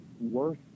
worth